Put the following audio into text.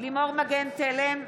לימור מגן תלם,